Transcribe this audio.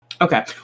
Okay